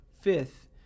Fifth